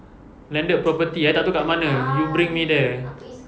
landed property I tak tahu dekat mana you bring me there